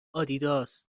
آدیداس